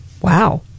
wow